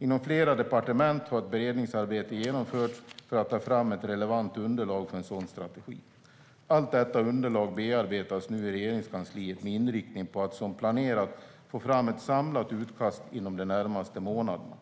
Inom flera departement har ett beredningsarbete genomförts för att ta fram ett relevant underlag för en sådan strategi. Allt detta underlag bearbetas nu i Regeringskansliet med inriktning på att som planerat få fram ett samlat utkast inom de närmaste månaderna.